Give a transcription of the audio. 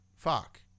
Fuck